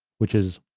which is,